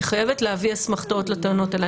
היא חייבת להביא אסמכתאות לטענות האלה.